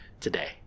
today